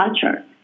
culture